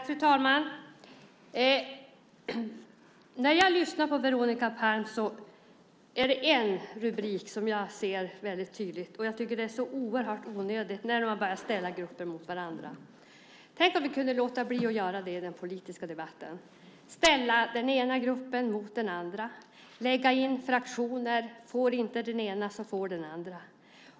Fru talman! När jag lyssnar på Veronica Palm är det en rubrik som jag ser väldigt tydligt, och jag tycker att det är så oerhört onödigt när man börjar ställa grupper mot varandra. Tänk om vi kunde låta bli att göra det i den politiska debatten, låta bli att ställa den ena gruppen mot den andra och lägga in fraktioner: Får inte den ena så får den andra.